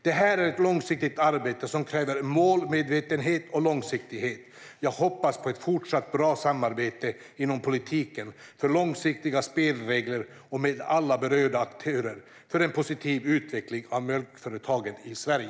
Det här är ett långsiktigt arbete som kräver målmedvetenhet och långsiktighet. Jag hoppas på ett fortsatt bra samarbete inom politiken för långsiktiga spelregler och med alla berörda aktörer för en positiv utveckling av mjölkföretagandet i Sverige.